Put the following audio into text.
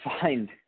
find